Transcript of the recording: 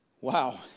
Wow